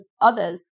others